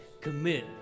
commit